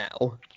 now